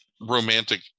romantic